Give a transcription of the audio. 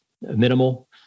minimal